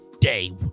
day